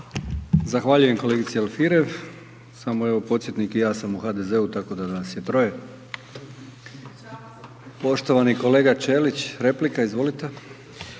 Zahvaljujem kolegici Alfirev. Samo evo podsjetnik i ja sam u HDZ-u tako da nas je troje. Poštovani kolega Ćelić replika izvolite.